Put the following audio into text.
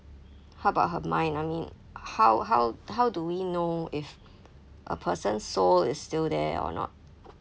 how about her mind I mean how how how do we know if a person's soul is still there or not